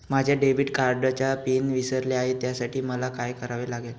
माझ्या डेबिट कार्डचा पिन विसरले आहे त्यासाठी मला काय करावे लागेल?